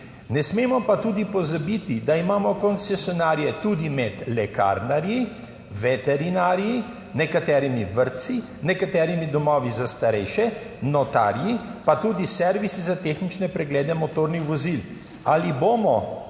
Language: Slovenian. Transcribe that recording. Ne smemo pa tudi pozabiti, da imamo koncesionarje tudi med lekarnarji, veterinarji, nekaterimi vrtci, nekaterimi domovi za starejše, notarji, pa tudi servisi za tehnične preglede motornih vozil. Ali bomo